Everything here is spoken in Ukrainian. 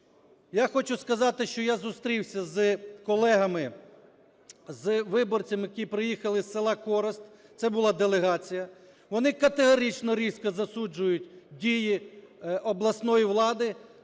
Я хочу сказати, що я зустрівся з колегами, з виборцями, які приїхали із села Корост, це була делегація. Вони категорично різко засуджують дії обласної влади